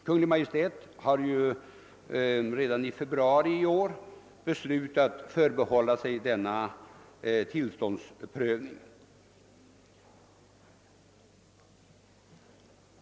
Kungl. Maj:t har redan i februari i år beslutat förbehålla sig denna tillståndsprövning.